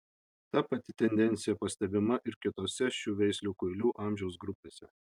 ta pati tendencija pastebima ir kitose šių veislių kuilių amžiaus grupėse